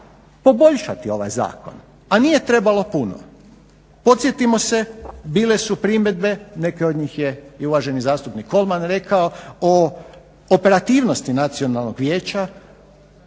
poboljšati ovaj zakon, a nije trebalo puno. Podsjetimo se bile su primjedbe, neke od njih je i uvaženi zastupnik Kolman rekao, o operativnosti Nacionalnog vijeća